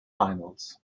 finals